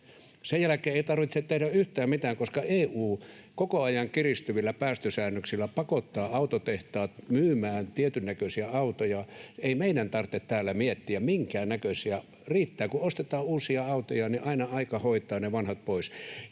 Sen jälkeen ei tarvitse tehdä yhtään mitään, koska EU koko ajan kiristyvillä päästösäännöksillä pakottaa autotehtaat myymään tietyn näköisiä autoja. Ei meidän tarvitse täällä miettiä, minkä näköisiä — riittää, kun ostetaan uusia autoja, niin aina aika hoitaa ne vanhat pois.